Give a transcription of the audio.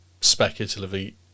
speculatively